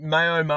Mayo